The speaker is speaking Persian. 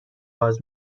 باز